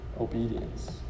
obedience